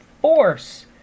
force